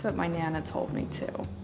but my nana told me, too.